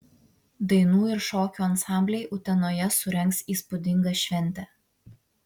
dainų ir šokių ansambliai utenoje surengs įspūdingą šventę